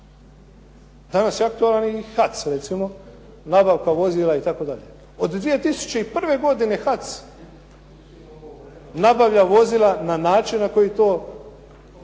Danas je aktualni HAC recimo, nabavka vozila itd. od 2001. godine HAC nabavlja vozila na način na koji to